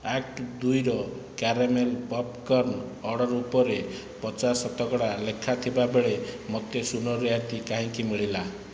act ଦୁଇର caramel popcorn order ଉପରେ ପଚାଶ ଶତକଡ଼ା ଲେଖା ଥିବାବେଳେ ମୋତେ ଶୂନ ରିହାତି କାହିଁକି ମିଳିଲା